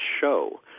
show